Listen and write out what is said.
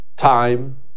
Time